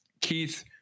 Keith